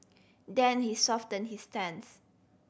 then he softened his stance